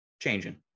changing